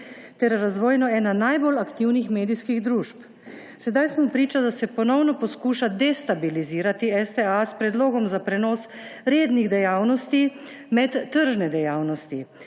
ter razvojno ena najbolj aktivnih medijskih družb. Sedaj smo priča, da se ponovno poskuša destabilizirati STA s predlogom za prenos rednih dejavnosti med tržne dejavnosti.